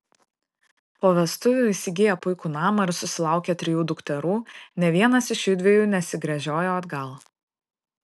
po vestuvių įsigiję puikų namą ir susilaukę trijų dukterų nė vienas iš jųdviejų nesigręžiojo atgal